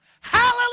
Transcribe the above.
Hallelujah